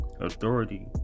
authority